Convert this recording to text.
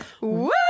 Woo